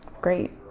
great